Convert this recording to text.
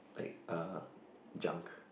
like uh junk